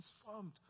transformed